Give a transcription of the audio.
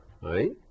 right